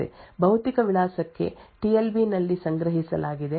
ಭೌತಿಕ ವಿಳಾಸಕ್ಕೆ T L B ನಲ್ಲಿ ಸಂಗ್ರಹಿಸಲಾಗಿದೆ